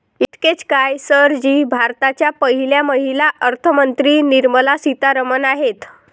इतकेच काय, सर जी भारताच्या पहिल्या महिला अर्थमंत्री निर्मला सीतारामन आहेत